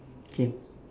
K